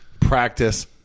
practice